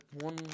one